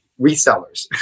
resellers